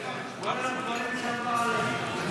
כולל הדברים שהיא אמרה עליך.